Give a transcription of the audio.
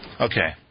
Okay